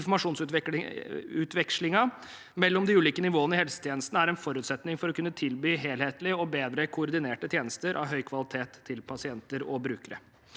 informasjonsutvekslingen mellom de ulike nivåene i helsetjenestene er en forutsetning for å kunne tilby helhetlige og bedre koordinerte tjenester av høy kvalitet til pasienter og brukere.